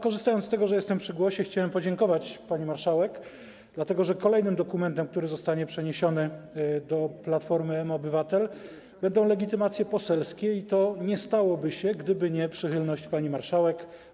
Korzystając z tego, że mam głos, chciałem podziękować pani marszałek, dlatego że kolejnym dokumentem, który zostanie przeniesiony do platformy mObywatel, będą legitymacje poselskie, i to nie stałoby się, gdyby nie przychylność pani marszałek.